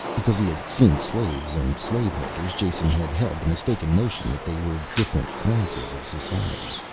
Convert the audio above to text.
because he had seen slaves and slave-holders, jason had held the mistaken notion that they were different classes of society,